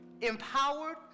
empowered